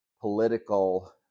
political